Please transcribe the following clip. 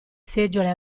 seggiole